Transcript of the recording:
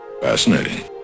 Fascinating